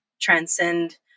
transcend